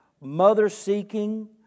mother-seeking